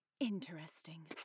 Interesting